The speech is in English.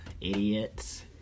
Idiots